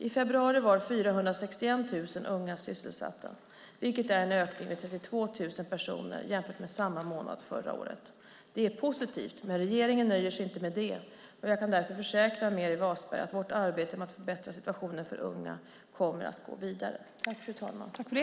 I februari var 461 000 unga sysselsatta, vilket är en ökning med 32 000 personer jämfört med samma månad förra året. Det är positivt, men regeringen nöjer sig inte med det, och jag kan därför försäkra Meeri Wasberg att vårt arbete med att förbättra situationen för unga kommer att gå vidare.